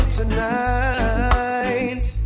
tonight